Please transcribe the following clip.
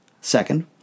second